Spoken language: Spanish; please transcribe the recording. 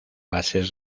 bases